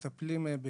אנחנו מטפלים בשיבא.